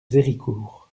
héricourt